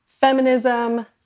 feminism